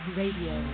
radio